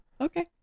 Okay